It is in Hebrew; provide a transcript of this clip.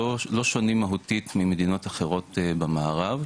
באמת, לא שונים מהותית, ממדינות אחרות במערב.